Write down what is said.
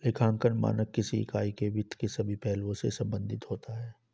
लेखांकन मानक किसी इकाई के वित्त के सभी पहलुओं से संबंधित होता है